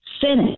Senate